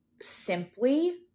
simply